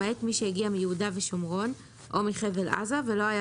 למעט מי שהגיע מיהודה והשומרון או מחבל עזה ולא היה